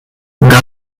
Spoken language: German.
gandhi